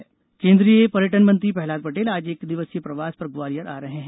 प्रहलाद पटेल केन्द्रीय पर्यटन मंत्री प्रहलाद पटेल आज एक दिवसीय प्रवास पर ग्वालियर आ रहे हैं